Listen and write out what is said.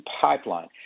pipeline